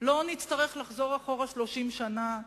שלא נצטרך לחזור אחורה 30 שנה,